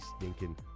stinking